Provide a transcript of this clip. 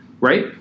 right